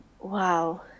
Wow